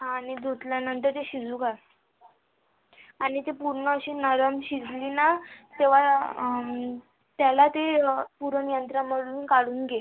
हां आणि धुतल्यानंतर ते शिजू घाल आणि ते पूर्ण अशी नरम शिजली ना तेव्हा त्याला ते पुरण यंत्रामधून काढून घे